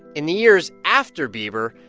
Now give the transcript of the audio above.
in the years after bieber,